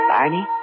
Barney